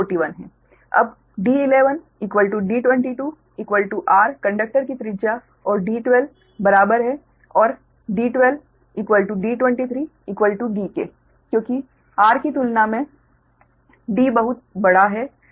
अब d11 d22 r conductor की त्रिज्या और d12 बराबर है और d12 d21 d के क्योंकि r की तुलना में d बहुत बड़ा है